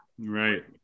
Right